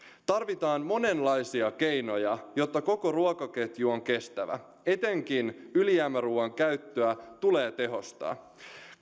tarvitaan monenlaisia keinoja jotta koko ruokaketju on kestävä etenkin ylijäämäruuan käyttöä tulee tehostaa